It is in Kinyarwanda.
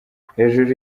hejuru